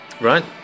Right